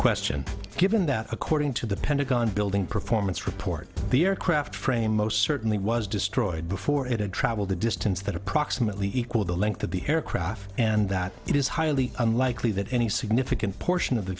question given that according to the pentagon building performance report the aircraft frame most certainly was destroyed before it had traveled a distance that approximately equal the length of the aircraft and that it is highly unlikely that any significant portion of the